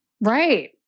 Right